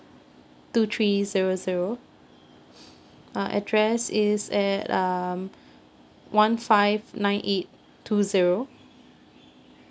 two three zero zero uh address is at um one five nine eight two zero